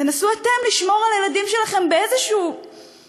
תנסו אתם לשמור על הילדים שלכם באיזה מעגל